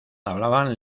hablaban